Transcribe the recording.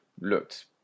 looked